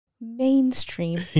mainstream